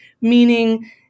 meaning